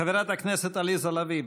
חברת הכנסת עליזה לביא,